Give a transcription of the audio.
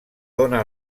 dóna